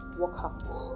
workout